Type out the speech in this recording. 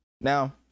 now